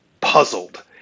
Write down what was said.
puzzled